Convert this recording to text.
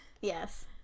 Yes